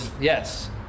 Yes